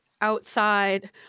outside